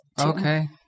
Okay